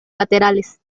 laterales